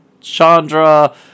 Chandra